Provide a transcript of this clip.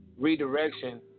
redirection